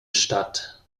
statt